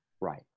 Right